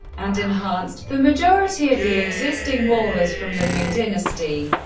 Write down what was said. and enhanced the majority of the existing wall is from the ming dynasty.